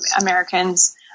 Americans